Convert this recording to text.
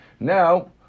Now